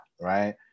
right